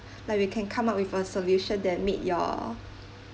like we can come up with a solution that meet your